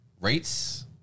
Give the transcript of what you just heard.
rates